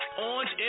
Orange